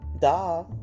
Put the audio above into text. duh